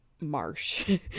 marsh